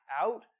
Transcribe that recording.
out